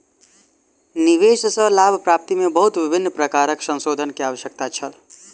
निवेश सॅ लाभ प्राप्ति में बहुत विभिन्न प्रकारक संशोधन के आवश्यकता छल